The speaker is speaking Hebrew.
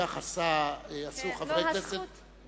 כך עשו חברי כנסת רבים.